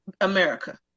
America